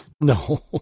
No